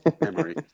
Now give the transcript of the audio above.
memory